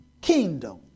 kingdom